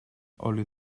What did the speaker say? oli